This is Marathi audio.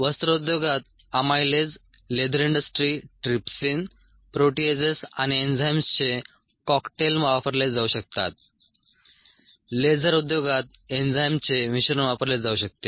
वस्त्रोद्योगात amylase leather industry trypsin proteases आणि एन्झाईम्सचे कॉकटेल वापरले जाऊ शकतात लेझर उद्योगात एन्झाईमचे मिश्रण वापरले जाऊ शकते